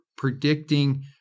predicting